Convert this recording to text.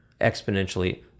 exponentially